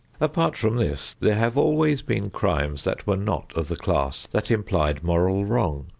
apart from this, there have always been crimes that were not of the class that implied moral wrong.